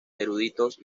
eruditos